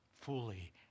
Fully